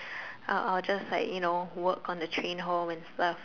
I'll I'll just like you know work on the train home and stuff